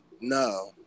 no